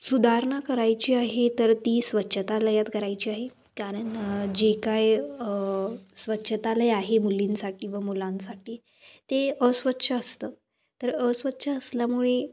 सुधारणा करायची आहे तर ती स्वच्छतालयात करायची आहे कारण जे काय स्वच्छतालय आहे मुलींसाठी व मुलांसाठी ते अस्वच्छ असतं तर अस्वच्छ असल्यामुळे